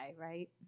right